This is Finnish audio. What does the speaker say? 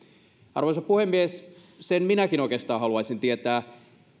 arvoisa puhemies sen minäkin oikeastaan haluaisin tietää